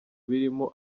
birimo